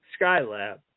Skylab